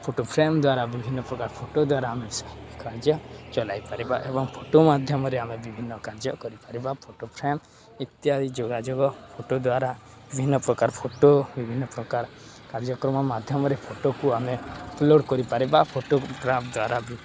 photo frame ଦ୍ୱାରା ବିଭିନ୍ନ ପ୍ରକାର ଫଟୋ ଦ୍ୱାରା ଆମେ କାର୍ଯ୍ୟ ଚଲାଇ ପାରିବା ଏବଂ ଫଟୋ ମାଧ୍ୟମରେ ଆମେ ବିଭିନ୍ନ କାର୍ଯ୍ୟ କରିପାରିବା ଫଟୋ ଫ୍ରେମ୍ ଇତ୍ୟାଦି ଯୋଗାଯୋଗ ଫଟୋ ଦ୍ୱାରା ବିଭିନ୍ନ ପ୍ରକାର ଫଟୋ ବିଭିନ୍ନ ପ୍ରକାର କାର୍ଯ୍ୟକ୍ରମ ମାଧ୍ୟମରେ ଫଟୋକୁ ଆମେ ଅପଲୋଡ଼ କରିପାରିବା ଫଟୋଗ୍ରାଫ ଦ୍ୱାରା